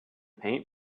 paint